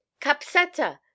Capseta